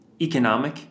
economic